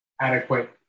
adequate